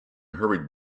hurried